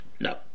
No